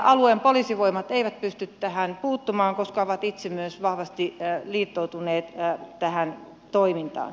alueen poliisivoimat eivät pysty tähän puuttumaan koska ovat itse myös vahvasti liittoutuneet tähän toimintaan